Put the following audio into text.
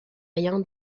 rien